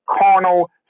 carnal